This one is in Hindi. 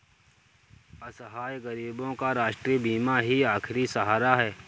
असहाय गरीबों का राष्ट्रीय बीमा ही आखिरी सहारा है